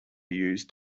used